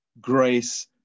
grace